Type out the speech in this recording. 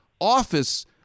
office